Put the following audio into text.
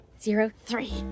Zero-three